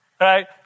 right